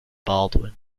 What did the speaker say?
baldwin